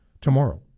tomorrow